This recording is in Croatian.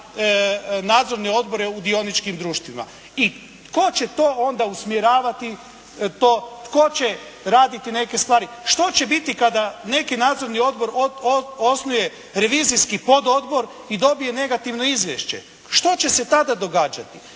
nadzorne odbore u dioničkim društvima. I tko će to onda usmjeravati to? Tko će raditi neke stvari? Što će biti kada neki nadzorni odbor osnuje revizijski pododbor i dobije negativno izvješće? Što će se tada događati?